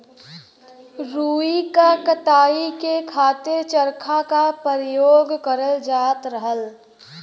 रुई क कताई के खातिर चरखा क परयोग करल जात रहल